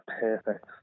perfect